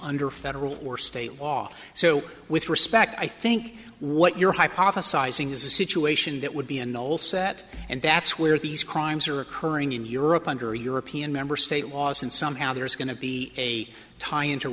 under federal or state law so with respect i think what you're hypothesizing is a situation that would be an old set and that's where these crimes are occurring in europe under european member state laws and somehow there's going to be a tie into